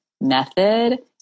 method—